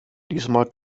diesmal